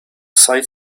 sight